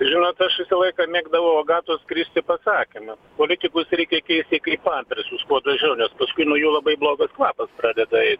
žinot aš visą laiką mėgdavau agatos kristi pasakymą politikus reikia keisti kaip pampersus kuo dažniau nes paskui nuo jų labai blogas kvapas pradeda eit